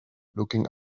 looking